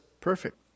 perfect